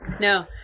no